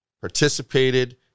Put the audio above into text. participated